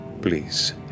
Please